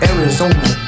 Arizona